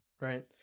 right